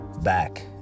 back